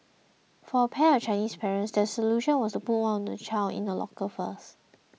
for a pair of Chinese parents their solution was to put one child in a locker first